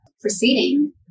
proceeding